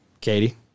Katie